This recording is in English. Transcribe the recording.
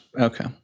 Okay